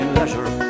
leisure